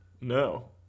No